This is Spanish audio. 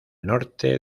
norte